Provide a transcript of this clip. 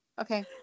Okay